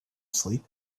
sleep